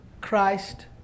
Christ